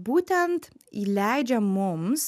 būtent įleidžia mums